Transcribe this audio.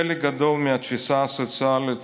חלק גדול מהתפיסה הסוציאלית